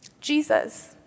Jesus